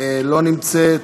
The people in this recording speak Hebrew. לא נמצאת.